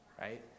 Right